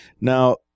Now